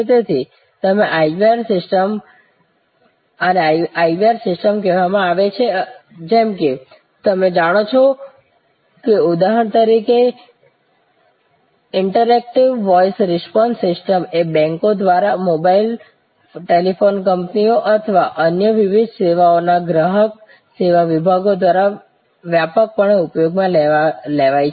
તેથી આને IVR system કહેવામાં આવે છે જેમ કે તમે જાણો છો ઉદાહરણ તરીકે ઇન્ટરેક્ટિવ વૉઇસ રિસ્પોન્સ સિસ્ટમ હવે બૅન્કો દ્વારા મોબાઇલ ટેલિફોન કંપનીઓ અથવા અન્ય વિવિધ સેવાઓના ગ્રાહક સેવા વિભાગો દ્વારા વ્યાપકપણે ઉપયોગમાં લેવાય છે